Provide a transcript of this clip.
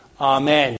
Amen